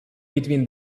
between